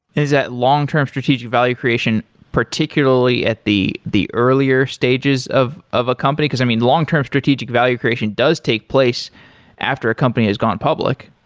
is that long-term strategic value creation particularly at the the earlier stages of of a company? because, i mean, long-term strategic value creation does take place after a company has gone public.